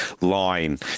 line